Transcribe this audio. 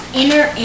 inner